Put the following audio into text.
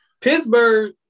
Pittsburgh